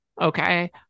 Okay